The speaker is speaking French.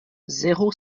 zéro